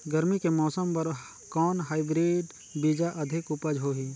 गरमी के मौसम बर कौन हाईब्रिड बीजा अधिक उपज होही?